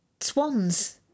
swans